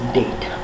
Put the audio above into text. date